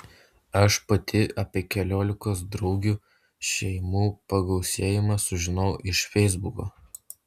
aš pati apie keliolikos draugių šeimų pagausėjimą sužinojau iš feisbuko